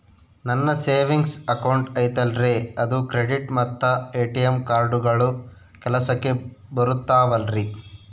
ನನ್ನ savings account ಐತಲ್ರೇ ಅದು ಕ್ರೆಡಿಟ್ ಮತ್ತ ಎ.ಟಿ.ಎಂ ಕಾರ್ಡುಗಳು ಕೆಲಸಕ್ಕೆ ಬರುತ್ತಾವಲ್ರಿ?